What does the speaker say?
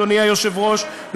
אדוני היושב-ראש,